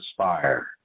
aspire